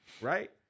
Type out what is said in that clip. right